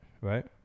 right